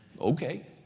Okay